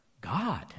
God